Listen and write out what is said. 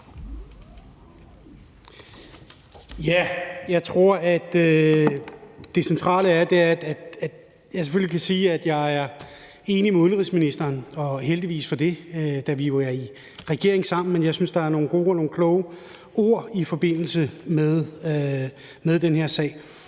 Jeg tror, det centrale er, at jeg selvfølgelig kan sige, at jeg er enig med udenrigsministeren, og heldigvis for det, da vi jo er i regering sammen. Men jeg synes, der er nogle gode og kloge ord i forbindelse med den her sag.